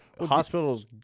hospitals